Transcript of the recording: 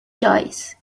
choice